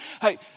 Hey